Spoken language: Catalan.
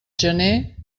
gener